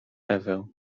ewę